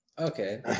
Okay